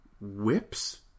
whips